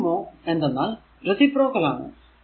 2 മോ എന്തെന്നാൽ റേസിപ്രോക്കൽ ആണ്